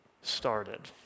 started